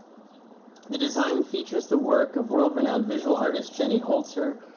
the design features the work of world-renowned visual artist jenny holzer,